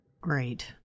great